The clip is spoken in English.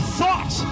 thought